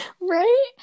right